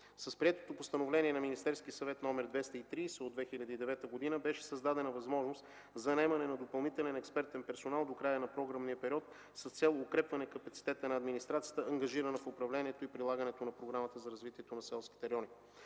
С приетото Постановление на Министерския съвет № 230 от 2009 г. беше създадена възможност за наемане на допълнителен експертен персонал до края на програмния период с цел укрепване капацитета на администрацията, ангажирана в управлението и прилагането на Програмата за развитието на селските райони.